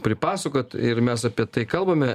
pripasakot ir mes apie tai kalbame